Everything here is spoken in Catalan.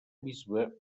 bisbe